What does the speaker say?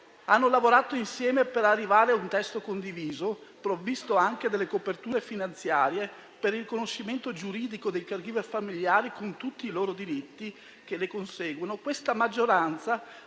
hanno lavorato insieme per arrivare a un testo condiviso, provvisto anche delle coperture finanziarie, per il riconoscimento giuridico dei *caregiver* familiari con tutti i diritti che ne conseguono, questa maggioranza